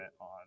on